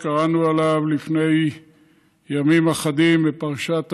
שקראנו עליו לפני ימים אחדים בפרשת השבוע,